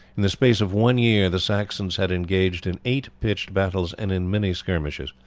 in the space of one year the saxons had engaged in eight pitched battles and in many skirmishes.